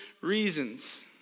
reasons